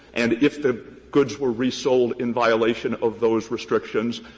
and if the goods were resold in violation of those restrictions,